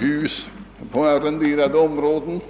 hus på arrenderade områden.